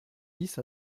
dix